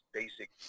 basic